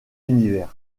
univers